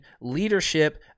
leadership